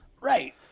Right